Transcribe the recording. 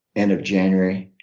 end of january.